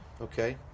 Okay